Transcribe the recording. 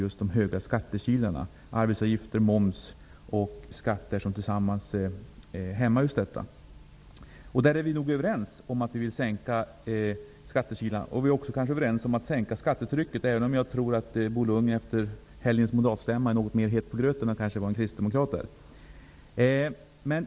Arbetsgivaravgifter, moms och skatter hämmar tillsammans just detta. Vi är nog överens om att skattekilarna bör minskas, och vi är kanske också överens om att skattetrycket bör minskas, även om jag tror att Bo Lundgren efter helgens moderatstämma är något mer het på gröten än vad en kristdemokrat kanske är.